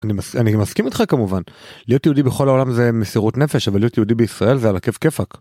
אני מסכים איתך כמובן. להיות יהודי בכל העולם זה מסירות נפש. אבל להיות יהודי בישראל זה על הכיף כיפק.